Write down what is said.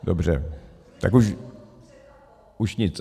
Dobře, tak už nic.